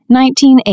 1980